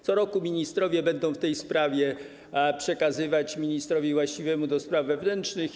Co roku ministrowie będą w tej sprawie przekazywać ministrowi właściwemu do spraw wewnętrznych.